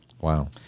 Wow